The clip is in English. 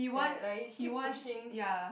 is that like you keep pushing